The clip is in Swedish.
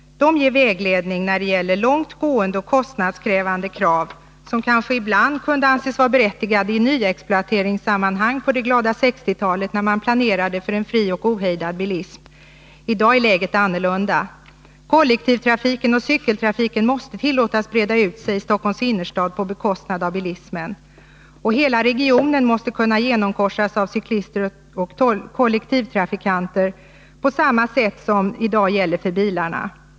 SCAFT ger vägledning när det gäller långt gående och kostnadskrävande krav, som kanske ibland kunde anses vara berättigade i nyexploateringssammanhang på det glada 60-talet, då man planerade för en fri och ohejdad bilism. I dag är läget annorlunda. Kollektivtrafiken och cykeltrafiken måste tillåtas breda ut sig i Stockholms innerstad på bekostnad av bilismen. Cyklister och kollektivtrafikanter måste kunna genomkorsa hela regionen på samma sätt som bilarna i dag kan göra.